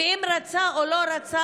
אם רצה או לא רצה,